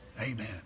Amen